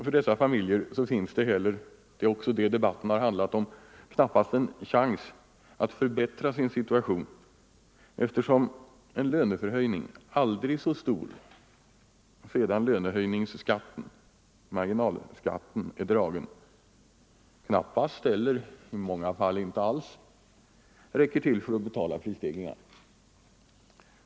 För dessa familjer finns — det är också det debatten har handlat om — nästan ingen chans att förbättra sin situation, eftersom en aldrig så stor löneförhöjning, sedan löneförbättringseller marginalskatterna är dragna, knappast eller i många fall inte alls räcker till för att betala prisstegringarna.